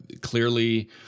clearly